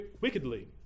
wickedly